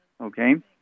Okay